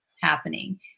happening